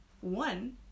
One